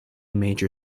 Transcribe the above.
major